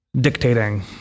dictating